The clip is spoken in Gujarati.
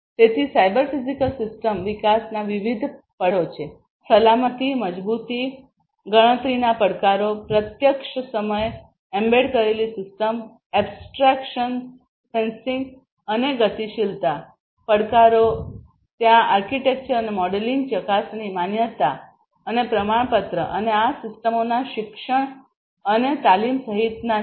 તેથી સાયબર ફિઝિકલ સિસ્ટમ વિકાસના વિવિધ પડકારો છે સલામતી મજબુતી ગણતરીના પડકારો પ્રત્યક્ષ સમય એમ્બેડ કરેલી સિસ્ટમ એબ્સ્ટ્રેક્શન્સ સેન્સિંગ અને ગતિશીલતા પડકારો ત્યાં આર્કિટેક્ચર અને મોડેલિંગ ચકાસણી માન્યતા અને પ્રમાણપત્ર અને આ સિસ્ટમોના શિક્ષણ અને તાલીમ સહિતના છે